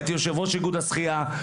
הייתי יושב-ראש איגוד השחייה.